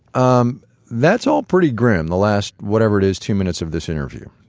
um that's all pretty grim, the last, whatever it is, two minutes of this interview.